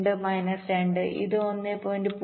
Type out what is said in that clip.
05 minus 2 ഇത് 1